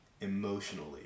emotionally